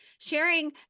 sharing